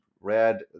read